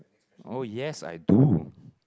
oh yes I do